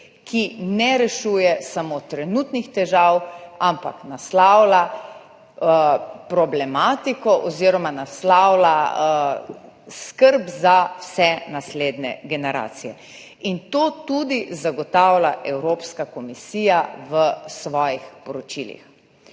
ki ne rešuje samo trenutnih težav, ampak naslavlja problematiko oziroma naslavlja skrb za vse naslednje generacije. To zagotavlja tudi Evropska komisija v svojih poročilih.